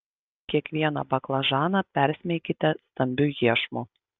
kiekvieną baklažaną persmeikite stambiu iešmu